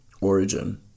origin